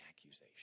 accusation